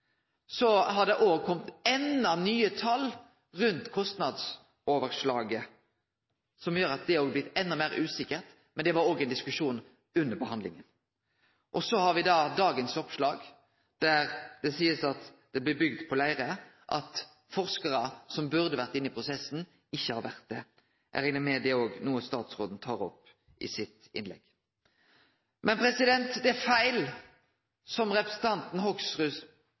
Så har det enda ein gong kome nye tal rundt kostnadsoverslaget, som gjer at det har blitt enda meir usikkert, men det var òg ein diskusjon under behandlinga. Så har me dagens oppslag, der det blir sagt at ein byggjer på leire, og at forskarar som burde ha vore inne i prosessen, ikkje har vore det. Eg reknar med at det òg er noko statsråden tek opp i sitt innlegg. Det er feil det som representanten